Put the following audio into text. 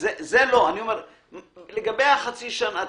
לגבי התקופתי,